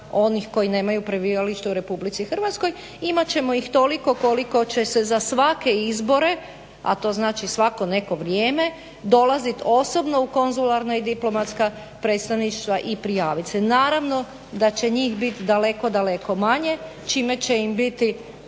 onih koji nemaju prebivalište u RH. Imat ćemo ih toliko koliko će se za svake izbore, a to znači svako neko vrijeme dolazit osobno u konzularna i diplomatska predstavništva i prijavit se. Naravno da će njih bit daleko, daleko manje čime će im biti